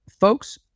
folks